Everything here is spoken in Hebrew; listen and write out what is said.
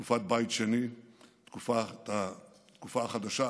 מתקופת בית שני ומהתקופה החדשה,